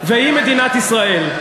והיא מדינת ישראל.